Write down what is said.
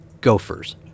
gophers